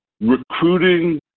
recruiting